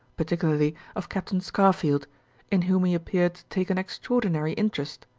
particularly of captain scarfield in whom he appeared to take an extraordinary interest.